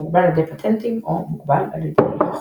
מוגבל על ידי פטנטים או מוגבל על ידי החוק.